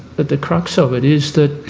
that the crux of it is that